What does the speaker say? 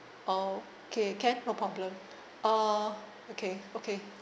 okay can no problem ah okay okay